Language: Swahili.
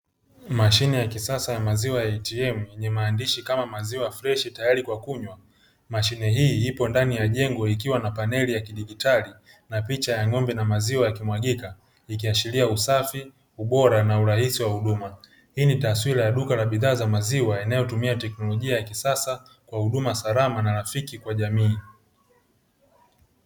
Mashine ya kisasa ya maziwa ya "ATM", yenye maandishi kama maziwa freshi tayari kwa kunywa. Mashine hii ipo ndani ya jengo ikiwa na paneli ya kidigitali na picha ya ng'ombe na maziwa yakimwagika ikiashiria usafi, ubora na urahisi wa huduma. Hii ni taswira ya duka la bidhaa za maziwa, inayotumia teknolojia ya kisasa kwa huduma salama na rafiki kwa jamii.